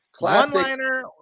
One-liner